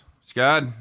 Scott